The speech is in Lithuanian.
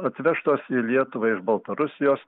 atvežtos į lietuvą iš baltarusijos